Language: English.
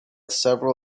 several